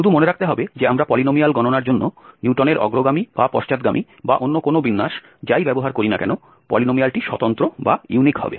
শুধু মনে রাখতে হবে যে আমরা পলিনোমিয়াল গণনার জন্য নিউটনের অগ্রগামী বা পশ্চাৎগামী বা অন্য কোনও বিন্যাস যাই ব্যবহার করি না কেন পলিনোমিয়ালটি স্বতন্ত্র হবে